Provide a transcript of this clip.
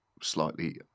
slightly